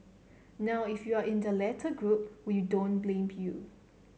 now if you're in the latter group we don't blame you